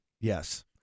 Yes